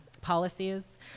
policies